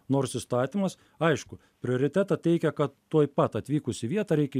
nors įstatymas aišku prioritetą teikia kad tuoj pat atvykus į vietą reikia